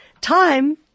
time